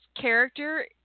character